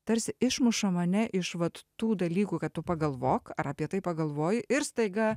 tarsi išmuša mane iš vat tų dalykų kad tu pagalvok ar apie tai pagalvoji ir staiga